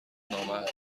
نامحدود